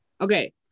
Okay